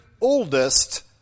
oldest